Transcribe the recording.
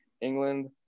England